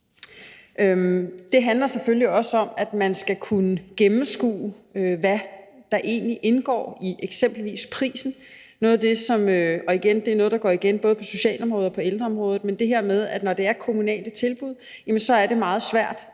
Det handler selvfølgelig også om, at man skal kunne gennemskue, hvad der egentlig indgår i eksempelvis prisen – og igen, det er noget, der går igen på både socialområdet og ældreområdet – altså det her med, at når det er kommunale tilbud, er det meget svært